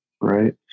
right